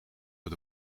het